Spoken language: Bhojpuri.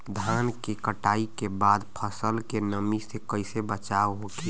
धान के कटाई के बाद फसल के नमी से कइसे बचाव होखि?